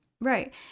right